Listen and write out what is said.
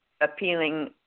appealing